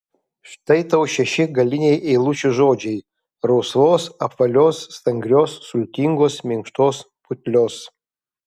štai tau šeši galiniai eilučių žodžiai rausvos apvalios stangrios sultingos minkštos putlios